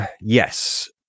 yes